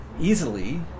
easily